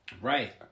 Right